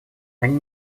они